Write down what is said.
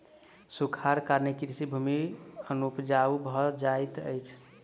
सूखाड़क कारणेँ कृषि भूमि अनुपजाऊ भ जाइत अछि